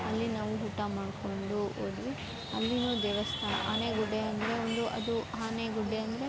ಅಲ್ಲಿ ನಾವು ಊಟ ಮಾಡಿಕೊಂಡು ಹೋದ್ವಿ ಅಲ್ಲಿಯೂ ದೇವಸ್ಥಾನ ಆನೆಗುಡ್ಡೆ ಅಂದರೆ ಅದು ಒಂದು ಆನೆಗುಡ್ಡೆ ಅಂದರೆ